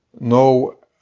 no